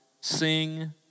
Sing